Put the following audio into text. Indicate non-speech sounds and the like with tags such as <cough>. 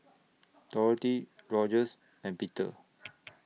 <noise> Dorothy Rogers and Peter